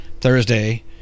Thursday